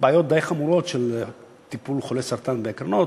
בעיות די חמורות בטיפול בחולי סרטן בהקרנות: